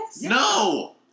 No